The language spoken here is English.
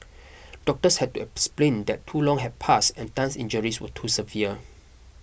doctors had to explain that too long had passed and Tan's injuries were too severe